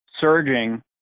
surging